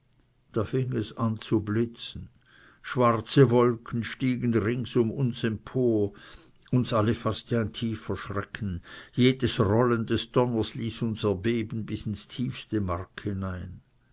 da fing es an zu blitzen schwarze wolken stiegen rings um uns empor uns alle faßte ein tiefer schrecken jedes rollen des donners ließ uns erbeben bis ins tiefste mark hinein